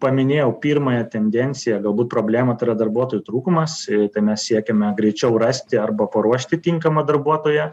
paminėjau pirmąją tendenciją galbūt problemą tai yra darbuotojų trūkumas tai mes siekiame greičiau rasti arba paruošti tinkamą darbuotoją